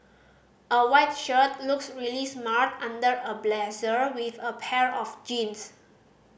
a white shirt looks really smart under a blazer with a pair of jeans